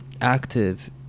active